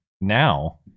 now